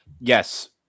Yes